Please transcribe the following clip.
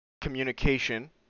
communication